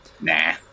Nah